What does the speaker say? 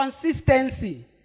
Consistency